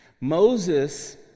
Moses